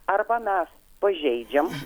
arba mes pažeidžiam